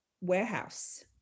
warehouse